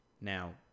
Now